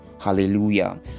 Hallelujah